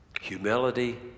humility